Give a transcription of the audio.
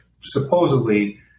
supposedly